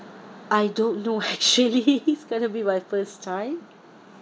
I don't know actually it's gonna be my first time